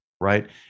right